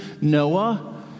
Noah